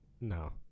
No